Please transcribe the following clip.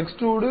extrude